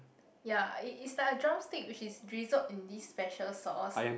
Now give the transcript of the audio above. ya it is like a drumstick which is drizzled in this special sauce